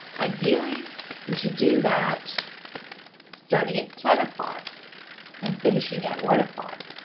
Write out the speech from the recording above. ideally we should do that starting at ten o'clock and finishing at one o'clock